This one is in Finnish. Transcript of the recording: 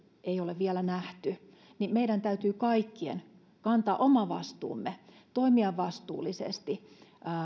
ei ole vielä nähty niin meidän täytyy kaikkien kantaa oma vastuumme toimia vastuullisesti ja